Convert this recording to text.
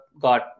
got